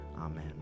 Amen